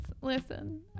listen